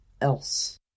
else